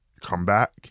comeback